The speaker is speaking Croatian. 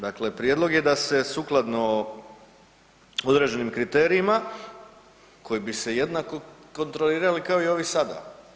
Dakle, prijedlog je da se sukladno određenim kriterijima koji bi se jednako kontrolirali kao i ovi sada.